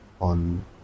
on